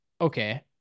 okay